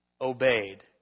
obeyed